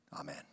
Amen